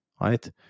right